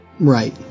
Right